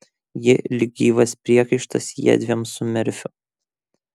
ji lyg gyvas priekaištas jiedviem su merfiu